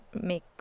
make